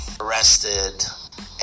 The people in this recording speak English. arrested